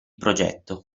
progetto